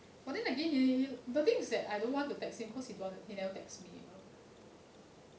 but then again he he the thing is that I don't want to text him cause he don't want to he never text me you know